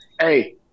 hey